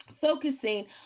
focusing